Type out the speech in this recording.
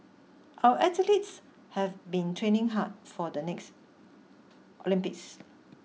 our athletes have been training hard for the next Olympics